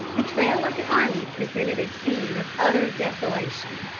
the trail of the army presented a scene of utter desolation.